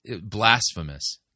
Blasphemous